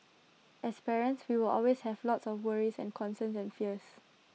as parents we will always have lots of worries and concerns and fears